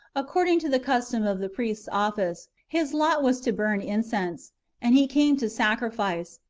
according to the custom of the priest's office, his lot was to burn incense and he came to sacrifice,